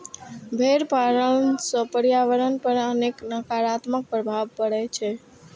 भेड़ पालन सं पर्यावरण पर अनेक नकारात्मक प्रभाव पड़ै छै